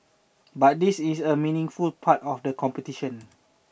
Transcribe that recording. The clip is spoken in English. but this is a meaningful part of the competition